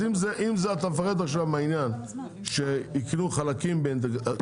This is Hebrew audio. אז אם אתה מפחד עכשיו מהעניין שיקנו חלקים מהאינטגרציה,